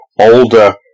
older